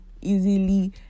easily